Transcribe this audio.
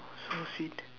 so sweet